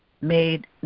made